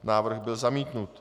Návrh byl zamítnut.